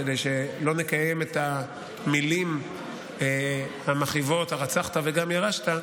כדי שלא נקיים את המילים המכאיבות "הרצחת וגם ירשת".